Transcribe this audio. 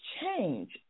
change